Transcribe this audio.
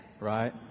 right